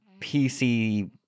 PC